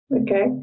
Okay